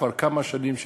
כבר כמה שנים,